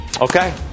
Okay